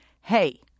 Hey